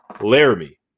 Laramie